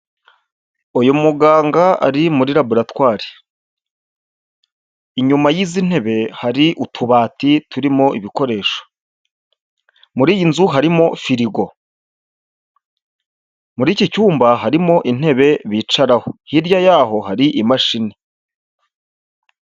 Uyu muganga ari muri Laboratware, inyuma y'izi ntebe hari utubati turimo ibikoresho, muri iyi nzu harimo firigo, muri iki cyumba harimo intebe bicaraho, hirya yaho hari imashini.